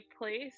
place